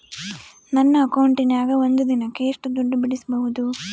ನನ್ನ ಅಕೌಂಟಿನ್ಯಾಗ ಒಂದು ದಿನಕ್ಕ ಎಷ್ಟು ದುಡ್ಡು ಬಿಡಿಸಬಹುದು?